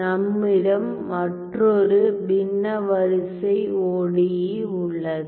நம்மிடம் மற்றொரு பின்ன வரிசை ஒடியி உள்ளது